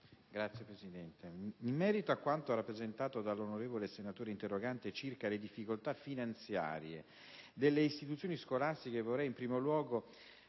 culturali*. In merito a quanto rappresentato dalle onorevoli senatrici interroganti circa le difficoltà finanziarie delle istituzioni scolastiche, vorrei in primo luogo